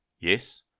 Yes